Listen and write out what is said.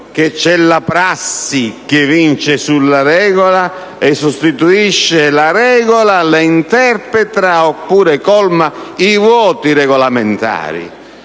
che esiste la prassi che vince sulla regola e la sostituisce, la interpreta oppure colma i vuoti regolamentari.